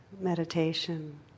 meditation